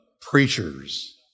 preachers